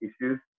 issues